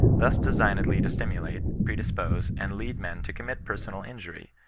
thus designedly to stimulate, predispose and lead men to commit personal injury,